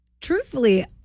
truthfully